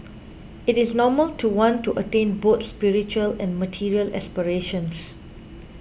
it is normal to want to attain both spiritual and material aspirations